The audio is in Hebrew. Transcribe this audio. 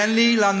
תן לי לענות,